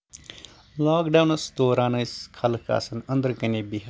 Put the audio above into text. lock downs دوران ٲسۍ خلق آسان أنٛدرٕکَنے بِہتھ